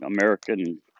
American